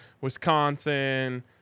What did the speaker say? Wisconsin